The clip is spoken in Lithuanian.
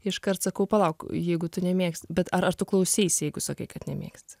iškart sakau palauk jeigu tu nemėgsti bet ar ar tu klauseisi jeigu sakai kad nemėgsti